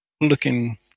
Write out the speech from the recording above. looking